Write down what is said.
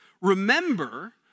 remember